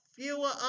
Fewer